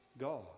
God